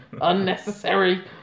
unnecessary